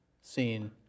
scene